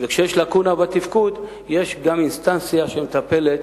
וכשיש לקונה בתפקוד יש גם אינסטנציה שמטפלת